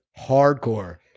hardcore